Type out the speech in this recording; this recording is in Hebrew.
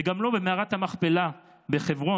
וגם לא במערת המכפלה בחברון,